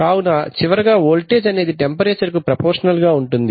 కావున చివరగా వోల్టేజ్ అనేది టెంపరేచర్ కు ప్రపోర్షనల్ గా ఉంటుంది